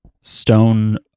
stone